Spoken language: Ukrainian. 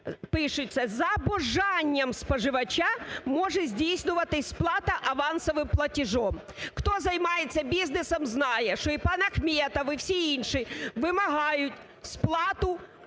(пишеться) "за бажанням споживача може здійснюватись плата авансовим платежем". Хто займається бізнесом, знає, що і пан Ахметов, і всі інші вимагають сплату